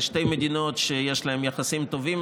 אלה שתי מדינות שיש להן יחסים טובים